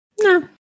No